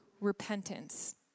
repentance